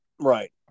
Right